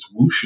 wushu